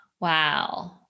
Wow